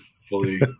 fully